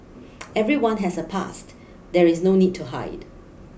everyone has a past there is no need to hide